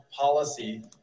policy